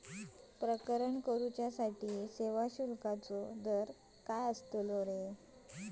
प्रकरण करूसाठी सेवा शुल्काचो दर काय अस्तलो?